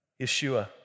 Yeshua